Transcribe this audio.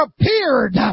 appeared